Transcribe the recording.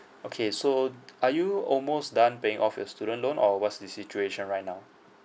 okay so are you almost done paying off your student loan or what's the situation right now